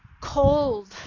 cold